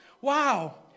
Wow